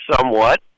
somewhat